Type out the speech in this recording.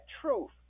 truth